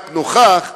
רק נוכח,